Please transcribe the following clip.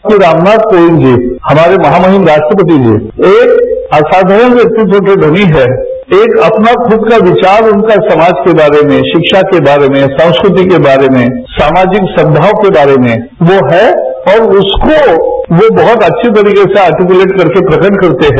श्री रामनाथ कोविंद जी हमारे महामहिम राष्ट्रपति जी एक असाधारण व्यक्तित्व के धनी है एक अपना खुद का विचार उनका समाज के बारे में शिक्षा के बारे में संस्कृति के बारे में सामाजिक सद्भाव के बारे में वो है और उसको वो बहुत अच्छी तरह से आर्टीक्लेट करके प्रकट करते हैं